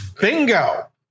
Bingo